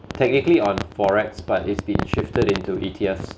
technically on forex but it's been shifted into E_T_Fs